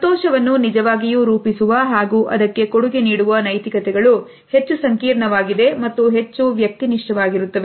ಸಂತೋಷವನ್ನು ನಿಜವಾಗಿಯೂ ರೂಪಿಸುವ ಹಾಗೂ ಅದಕ್ಕೆ ಕೊಡುಗೆ ನೀಡುವ ನೈತಿಕತೆಗಳು ಹೆಚ್ಚು ಸಂಕೀರ್ಣವಾಗಿದೆ ಮತ್ತು ಹೆಚ್ಚು ವ್ಯಕ್ತಿನಿಷ್ಠ ವಾಗಿರುತ್ತವೆ